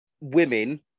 women